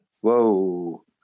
Whoa